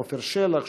עפר שלח,